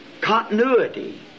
continuity